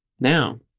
now